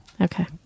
Okay